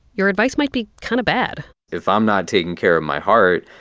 your advice might be kind of bad if i'm not taking care of my heart,